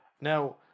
Now